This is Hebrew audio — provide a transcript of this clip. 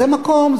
זה מקום,